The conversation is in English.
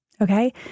Okay